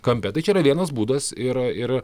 kampe tai čia yra vienas būdas ir ir